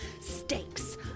Stakes